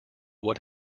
what